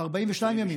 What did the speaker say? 42 ימים.